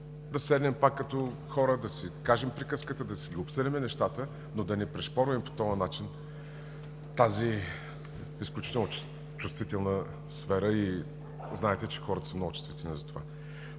да седнем пак като хора, да си кажем приказката, да си обсъдим нещата, но да не пришпорваме по този начин тази изключително чувствителна сфера. Знаете, че хората са много чувствителни за това.